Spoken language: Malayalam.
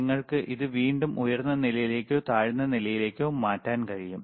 നിങ്ങൾക്ക് ഇത് വീണ്ടും ഉയർന്ന നിലയിലേക്കോ താഴ്ന്ന നിലയിലേക്കോ മാറ്റാൻ കഴിയും